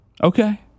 Okay